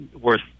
worth